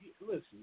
listen